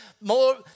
more